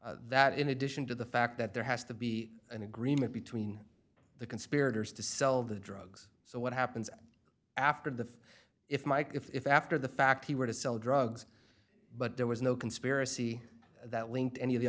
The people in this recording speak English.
and that in addition to the fact that there has to be an agreement between the conspirators to sell the drugs so what happens after the if mike if after the fact he were to sell drugs but there was no conspiracy that linked any of the